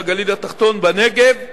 בגליל התחתון ובנגב.